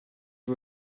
are